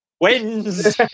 wins